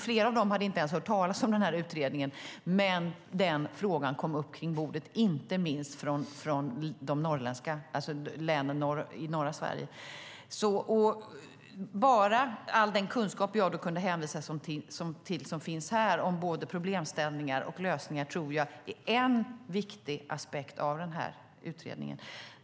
Flera av dem hade inte ens hört talas om utredningen, men frågan kom upp kring bordet - inte minst från länen i norra Sverige. Bara all den kunskap som här finns om både problemställningar och lösningar, som jag då kunde hänvisa till, tror jag är en viktig aspekt av utredningen.